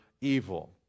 evil